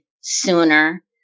sooner